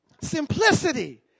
Simplicity